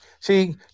See